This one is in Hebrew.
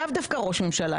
לאו דווקא ראש ממשלה,